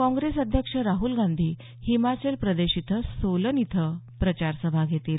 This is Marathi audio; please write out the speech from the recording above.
काँग्रेस अध्यक्ष राहल गांधी हिमाचल प्रदेशात सोलन इथं प्रचारसभा घेतील